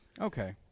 Okay